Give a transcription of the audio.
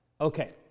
Okay